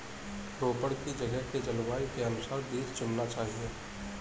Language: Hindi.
रोपड़ की जगह के जलवायु के अनुसार बीज चुनना चाहिए